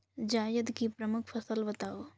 जायद की प्रमुख फसल बताओ